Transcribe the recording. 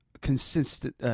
consistent